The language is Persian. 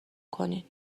کنین